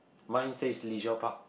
mine says leisure park